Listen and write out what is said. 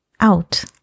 out